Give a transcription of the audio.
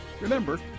Remember